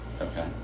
Okay